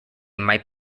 might